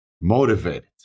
motivated